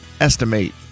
Estimate